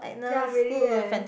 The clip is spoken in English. ya really eh